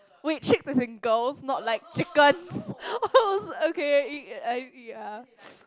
wait chicks as in girls not like chickens !oho! okay (E ah E ah)